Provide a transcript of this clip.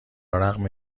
رغم